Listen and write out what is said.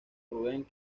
rubens